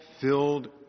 Filled